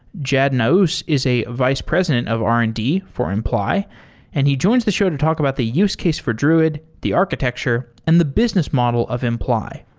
jed naous is a vice president of r and d for imply and he joins the show to talk about the use case for druid, the architecture, and the business model of imply.